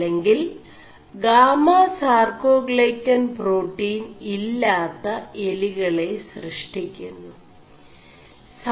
അെ ിൽ ഗാമാസാർേ ാൈø ൻ േ4പാƒീൻ ഇ ാø എലികെള സൃഷ്ടി ുMു